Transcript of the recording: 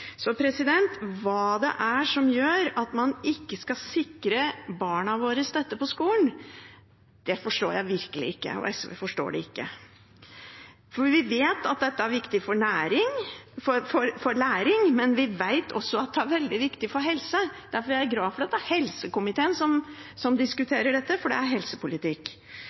Hva det er som gjør at man ikke skal sikre barna dette på skolen, forstår jeg virkelig ikke – og SV forstår det ikke. Vi vet at dette er viktig for læringen, men vi vet også at det er veldig viktig for helsen. Derfor er jeg glad for at det er helsekomiteen som diskuterer dette, for det er helsepolitikk.